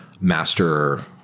master